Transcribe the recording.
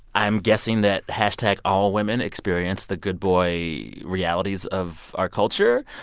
i'm guessing that, hashtag, all women experience the good boy realities of our culture,